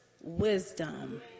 wisdom